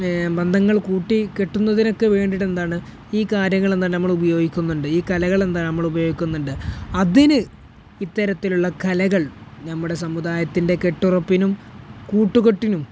ബന്ധങ്ങൾ കൂട്ടിക്കെട്ടുന്നതിനൊക്കെ വേണ്ടിയിട്ട് എന്താണ് ഈ കാര്യങ്ങളെന്താണ് നമ്മൾ ഉപയോഗിക്കുന്നുണ്ട് ഈ കലകളെന്താ നമ്മൾ ഉപയോഗിക്കുന്നുണ്ട് അതിന് ഇത്തരത്തിലുള്ള കലകൾ നമ്മുടെ സമുദായത്തിൻ്റെ കെട്ടുറപ്പിനും കൂട്ടുകെട്ടിനും